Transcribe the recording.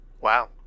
Wow